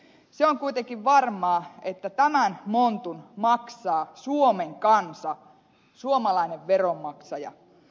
se on kuitenkin varmaa että tämän montun maksaa suomen kansa suomalainen veronmaksaja